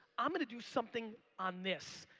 i'm gonna do something on this.